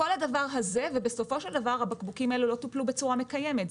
כל הדבר הזה ובסופו של דבר הבקבוקים האלה לא טופלו בצורה מקיימת.